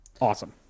awesome